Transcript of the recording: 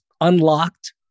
unlocked